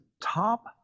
top